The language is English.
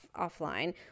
offline